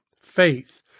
faith